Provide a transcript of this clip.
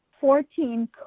Fourteen